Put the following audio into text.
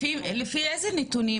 לפי איזה נתונים?